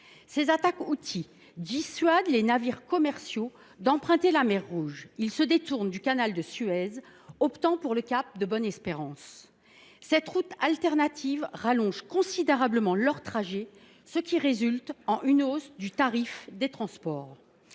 Ces attaques houthies dissuadent les navires commerciaux d’emprunter la mer Rouge. Ils se détournent du canal de Suez, optant pour le cap de Bonne Espérance. Cette route alternative allonge considérablement leur trajet, ce qui entraîne une hausse du tarif des transports.